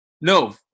No